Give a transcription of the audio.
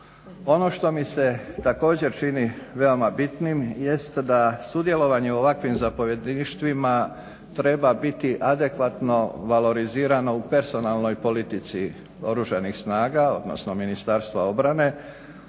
Ono što mi se također čini veoma bitnim jest da sudjelovanje u ovakvim zapovjedništvima treba biti adekvatno valorizirano u personalnoj politici Oružanih snaga, odnosno Ministarstva obrane